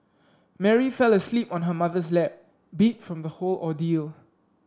Mary fell asleep on her mother's lap beat from the whole ordeal